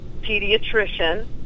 pediatrician